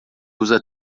usa